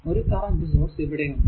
ഒരു current source ഇവിടെ ഉണ്ട്